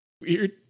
Weird